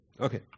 Okay